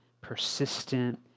persistent